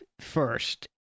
first